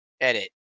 edit